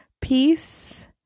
Peace